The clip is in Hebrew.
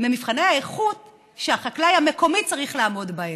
ממבחני האיכות שהחקלאי המקומי צריך לעמוד בהם.